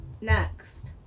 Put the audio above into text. next